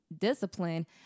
discipline